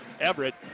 Everett